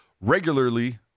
regularly